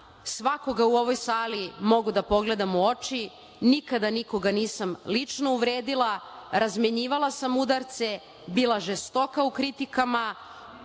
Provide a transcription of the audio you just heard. svakoga u ovoj sali mogu da pogledam u oči, nikada nikoga nisam lično uvredila, razmenjivala sam udarce, bila žestoka u kritikama,